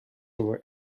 over